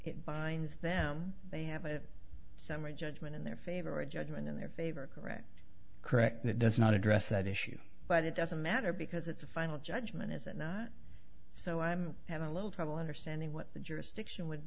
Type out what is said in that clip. it binds them they have a summary judgment in their favor a judgment in their favor correct correct it does not address that issue but it doesn't matter because it's a final judgment is it not so i'm having a little trouble understanding what the jurisdiction would